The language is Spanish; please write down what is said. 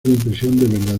impresión